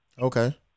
Okay